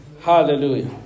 Hallelujah